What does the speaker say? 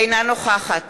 אינה נוכחת